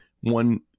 one